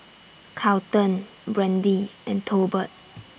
Carlton Brandee and Tolbert